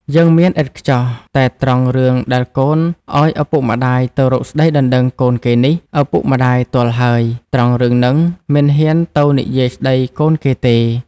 យើងមានឥតខ្វះ តែត្រង់រឿងដែលកូនឱ្យឪពុកមា្ដយទៅរកស្ដីដណ្ដឹងកូនគេនេះ ឪពុកម្ដាយទាល់ហើយ ត្រង់រឿងហ្នឹងមិនហ៊ានទៅនិយាយស្ដីកូនគេទេ។